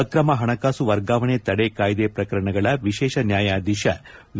ಆಕ್ರಮ ಪಣಕಾಸು ವರ್ಗಾವಣೆ ತಡೆ ಕಾಯ್ದೆ ಪ್ರಕರಣಗಳ ವಿಶೇಷ ನ್ಯಾಯಾಧೀಶ ವಿ